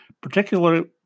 particularly